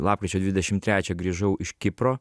lapkričio dvidešim trečią grįžau iš kipro